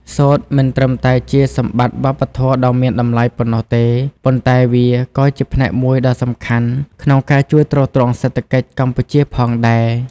សូត្រមិនត្រឹមតែជាសម្បត្តិវប្បធម៌ដ៏មានតម្លៃប៉ុណ្ណោះទេ ប៉ុន្តែវាក៏ជាផ្នែកមួយដ៏សំខាន់ក្នុងការជួយទ្រទ្រង់សេដ្ឋកិច្ចកម្ពុជាផងដែរ។